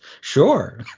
sure